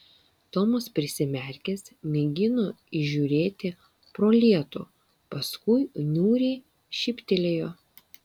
tomas prisimerkęs mėgino įžiūrėti pro lietų paskui niūriai šyptelėjo